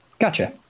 gotcha